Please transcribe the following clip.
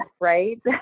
right